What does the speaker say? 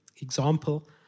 example